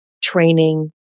training